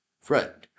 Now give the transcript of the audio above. Fred